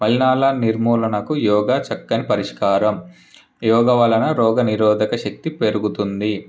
మలినాల నిర్మూలనకు యోగ చక్కని పరిష్కారం యోగ వలన రోగనిరోధక శక్తి పెరుగుతుంది